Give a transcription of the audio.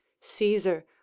caesar